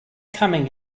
coming